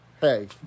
hey